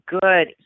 good